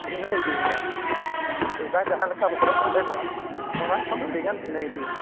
ᱵᱷᱤᱱᱟᱹ ᱤᱫᱤᱭᱱᱟ ᱥᱮᱫᱟᱭ ᱡᱟᱦᱟᱸ ᱞᱮᱠᱟ ᱵᱚ ᱦᱚᱨᱚᱜ ᱵᱟᱸᱫᱮ ᱞᱮᱜᱼᱟ ᱚᱱᱟ ᱠᱷᱚᱱ ᱫᱚ ᱟᱹᱰᱤ ᱜᱟᱱ ᱵᱷᱤᱱᱟᱹ ᱤᱫᱤᱭᱱᱟ